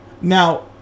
Now